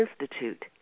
Institute